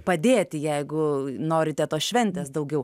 padėti jeigu norite tos šventės daugiau